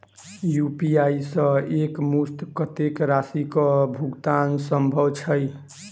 UPI सऽ एक मुस्त कत्तेक राशि कऽ भुगतान सम्भव छई?